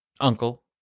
Uncle